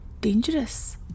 dangerous